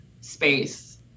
space